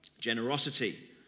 Generosity